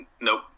nope